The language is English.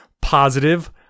positive